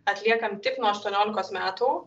atliekam tik nuo aštuoniolikos metų